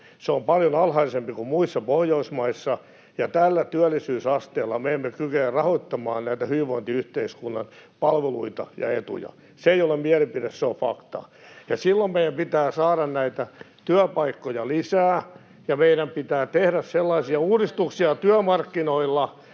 Se on paljon alhaisempi kuin muissa Pohjoismaissa, ja tällä työllisyysasteella me emme kykene rahoittamaan näitä hyvinvointiyhteiskunnan palveluita ja etuja. Se ei ole mielipide, se on fakta. Silloin meidän pitää saada työpaikkoja lisää, [Li Anderssonin välihuuto] ja meidän pitää tehdä sellaisia uudistuksia työmarkkinoilla,